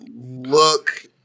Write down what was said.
look